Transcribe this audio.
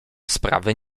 sprawy